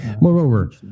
Moreover